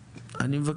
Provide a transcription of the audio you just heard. אני יכול להפנות אותו.